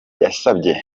yasabye